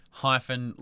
hyphen